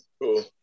Cool